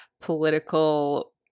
political